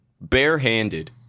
barehanded